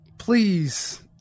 please